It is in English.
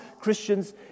Christians